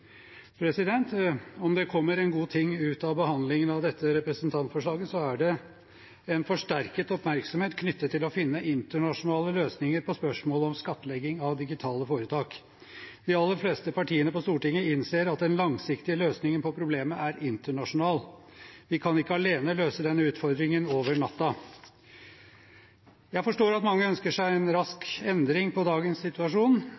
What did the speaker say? Om det kommer en god ting ut av behandlingen av dette representantforslaget, er det en forsterket oppmerksomhet knyttet til å finne internasjonale løsninger på spørsmålet om skattlegging av digitale foretak. De aller fleste partiene på Stortinget innser at den langsiktige løsningen på problemet er internasjonal. Vi kan ikke alene løse denne utfordringen over natten. Jeg forstår at mange ønsker seg en rask endring på dagens situasjon,